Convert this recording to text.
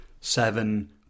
seven